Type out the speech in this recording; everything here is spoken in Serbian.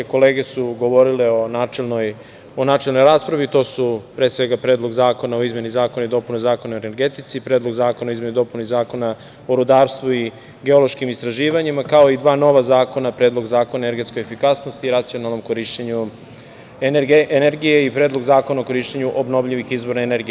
Kolege su govorile u načelnoj raspravi, to su pre svega, Predlog zakona o izmeni Zakona o energetici, Predlog zakona o izmeni i dopuni Zakona o rudarstvu i geološkim istraživanjima, kao i dva nova zakona, Predlog zakona o energetskoj efikasnosti i racionalnom korišćenju energije i Predlog zakona o korišćenju obnovljivih izvora energije.